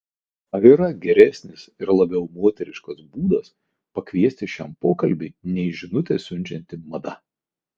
ar yra geresnis ir labiau moteriškas būdas pakviesti šiam pokalbiui nei žinutę siunčianti mada